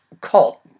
cult